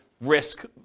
Risk